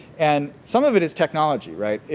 and some of it is technology, right?